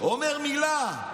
אומר מילה,